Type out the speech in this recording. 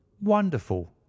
wonderful